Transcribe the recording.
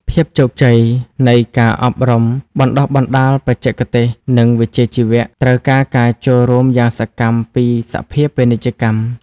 ភាពជោគជ័យនៃការអប់រំបណ្ដុះបណ្ដាលបច្ចេកទេស និងវិជ្ជាជីវៈ ត្រូវការការចូលរួមយ៉ាងសកម្មពីសភាពាណិជ្ជកម្ម។